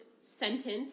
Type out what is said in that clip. sentence